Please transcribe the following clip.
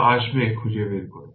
যা আসবে খুঁজে বের কর